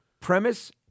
premise